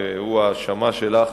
והוא ההאשמה שלך